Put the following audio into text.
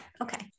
Okay